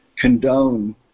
condone